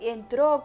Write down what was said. entró